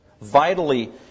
Vitally